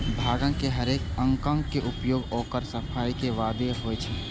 भांगक हरेक अंगक उपयोग ओकर सफाइ के बादे होइ छै